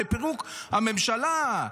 לפירוק הממשלה.